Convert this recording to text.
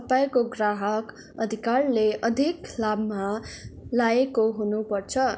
तपाईँको ग्राहक अधिकारले अधिक लाभमा लाएको हुनुपर्छ